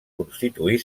constituir